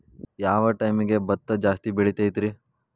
ಯಾವ ಟೈಮ್ಗೆ ಭತ್ತ ಜಾಸ್ತಿ ಬೆಳಿತೈತ್ರೇ?